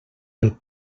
del